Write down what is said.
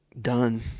done